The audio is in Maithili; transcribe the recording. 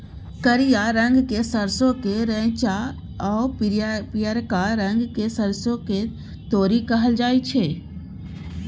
करिया रंगक सरसों केँ रैंचा आ पीयरका रंगक सरिसों केँ तोरी कहल जाइ छै